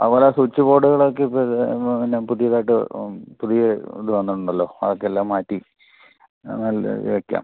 അതുപോലെ സ്വിച്ച് ബോർഡുകളൊക്കെ പുതിയതായിട്ട് പുതിയ ഇത് വന്നിട്ടുണ്ടല്ലോ അതൊക്കെ എല്ലാം മാറ്റി നല്ലത് വയ്ക്കാം